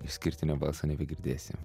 išskirtinio balso nebegirdėsi